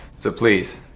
so please,